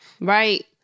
right